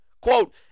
Quote